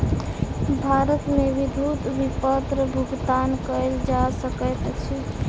भारत मे विद्युत विपत्र भुगतान कयल जा सकैत अछि